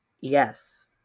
Yes